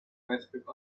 pacific